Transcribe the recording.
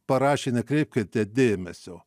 parašė nekreipkite dėmesio